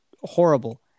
horrible